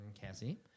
Cassie